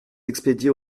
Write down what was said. expédier